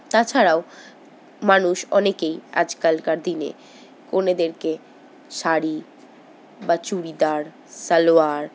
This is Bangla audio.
তাছাড়াও মানুষ অনেকেই আজকালকার দিনে কনেদেরকে শাড়ি বা চুড়িদার সালোয়ার